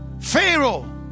pharaoh